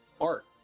Art